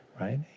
right